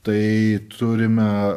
tai turime